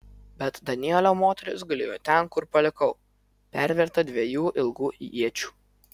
bet danielio moteris gulėjo ten kur palikau perverta dviejų ilgų iečių